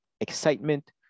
excitement